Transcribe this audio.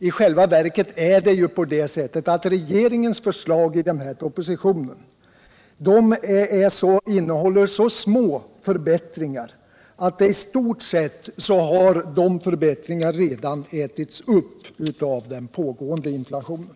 I själva verket innehåller regeringens förslag i den här propositionen så små förbättringar att dessa i stort sett redan har ätits upp av den pågående inflationen.